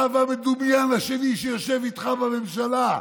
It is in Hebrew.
אתה והמדומיין השני שיושב איתך בממשלה,